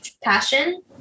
passion